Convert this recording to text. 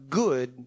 good